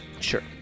Sure